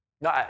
No